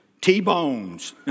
t-bones